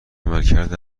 عملکرد